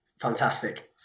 Fantastic